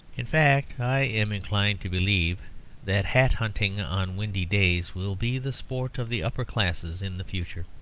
in fact, i am inclined to believe that hat-hunting on windy days will be the sport of the upper classes in the future.